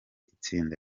itsinda